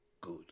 good